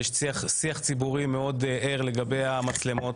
יש שיח ציבורי מאוד ער לגבי המצלמות.